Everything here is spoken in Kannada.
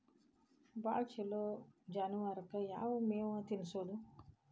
ಭಾಳ ಛಲೋ ಜಾನುವಾರಕ್ ಯಾವ್ ಮೇವ್ ತಿನ್ನಸೋದು?